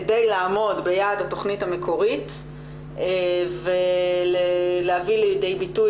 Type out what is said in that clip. כדי לעמוד ביעד התכנית המקורית ולהביא לידי ביטוי